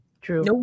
True